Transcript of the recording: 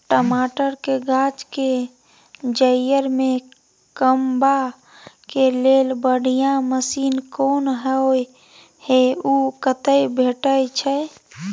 टमाटर के गाछ के जईर में कमबा के लेल बढ़िया मसीन कोन होय है उ कतय भेटय छै?